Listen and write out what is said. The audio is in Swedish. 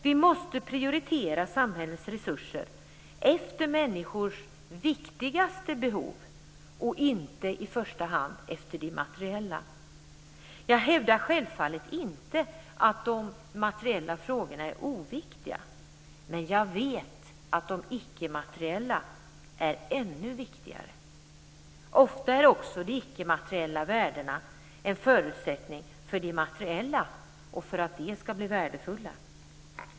Vi måste prioritera samhällets resurser efter människors viktigaste behov och inte i första hand efter de materiella. Jag hävdar självfallet inte att de materiella frågorna är oviktiga, men jag vet att de ickemateriella är ännu viktigare. Ofta är också de ickemateriella värdena en förutsättning för att de materiella skall bli värdefulla.